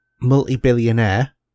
multi-billionaire